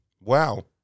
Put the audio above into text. Wow